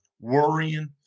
worrying